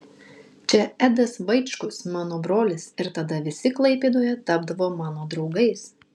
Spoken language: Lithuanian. čia edas vaičkus mano brolis ir tada visi klaipėdoje tapdavo mano draugais